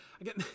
again